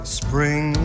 spring